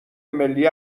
ملی